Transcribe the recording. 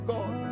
God